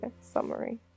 summary